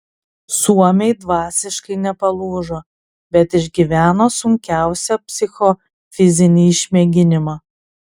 suomiai dvasiškai nepalūžo bet išgyveno sunkiausią psichofizinį išmėginimą